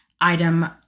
item